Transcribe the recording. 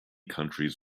countries